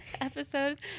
Episode